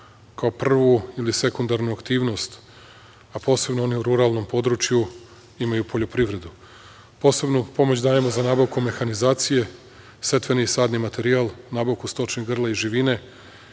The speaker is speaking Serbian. kao prvu ili sekundarnu aktivnost, a posebno one u ruralnom području imaju poljoprivredu. Posebnu pomoć dajemo za nabavku mehanizacije, setveni i sadni materijal, nabavku stočnih grla i živine,